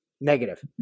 Negative